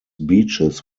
beaches